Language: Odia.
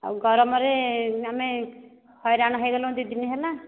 ଆଉ ଗରମରେ ଆମେ ହଇରାଣ ହୋଇଗଲୁଣି ଦୁଇ ଦିନ ହେଲା